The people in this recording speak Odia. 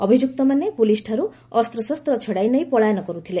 ଅଭିଯୁକ୍ତମାନେ ପୋଲିସ୍ଠାରୁ ଅସ୍ତ୍ରଶସ୍ତ ଛଡ଼ାଇ ନେଇ ପଳାୟନ କରୁଥିଲେ